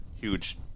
huge